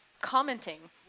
commenting